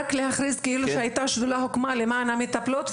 רק להכריז שהוקמה שדולה למען המטפלות,